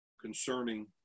concerning